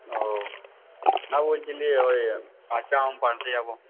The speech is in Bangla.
ও না বলছি যে ওই কাঁচা আম পাড়তে যাব